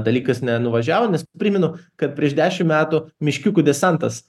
dalykas nenuvažiavo nes primenu kad prieš dešimt metų meškiukų desantas